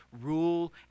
rule